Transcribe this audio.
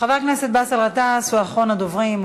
חבר הכנסת באסל גטאס הוא אחרון הדוברים.